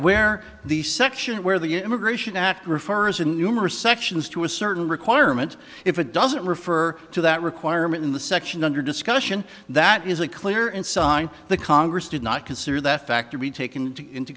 where the section where the immigration act refers in numerous sections to a certain requirement if it doesn't refer to that requirement in the section under discussion that is a clear and sign the congress did not consider that fact to be taken into